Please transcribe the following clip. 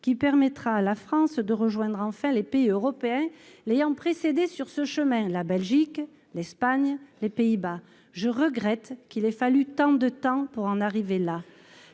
qui permettra à la France de rejoindre les pays européens l'ayant précédée sur ce chemin - la Belgique, l'Espagne, les Pays-Bas -, je regrette qu'il ait fallu tant de temps pour en arriver là.